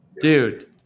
Dude